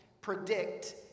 predict